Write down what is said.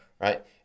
right